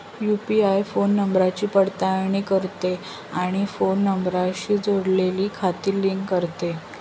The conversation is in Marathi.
यू.पि.आय फोन नंबरची पडताळणी करते आणि फोन नंबरशी जोडलेली खाती लिंक करते